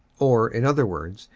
or, in other words,